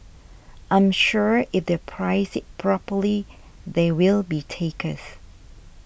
I'm sure if they price it properly there will be takers